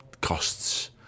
costs